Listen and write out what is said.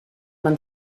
man